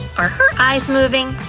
are her eyes moving?